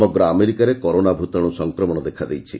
ସମଗ୍ର ଆମେରିକାରେ କରୋନା ଭୂତାଣୁ ସଂକ୍ରମଣ ଦେଖାଦେଇଛି